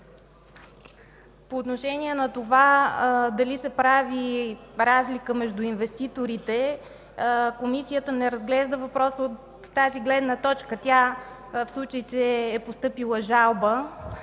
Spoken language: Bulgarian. По отношение на това дали се прави разлика между инвеститорите, Комисията не разглежда въпроса от тази гледна точка. В случай че е постъпила жалба,